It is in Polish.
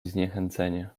zniechęcenie